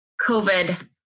COVID